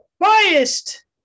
biased